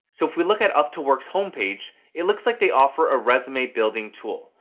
so, if we look at up to work's homepage, it looks like they offer a resume building tool,